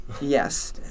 Yes